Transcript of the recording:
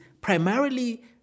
primarily